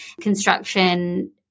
construction